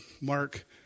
Mark